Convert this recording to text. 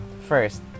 first